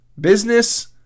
Business